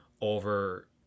over